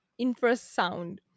infrasound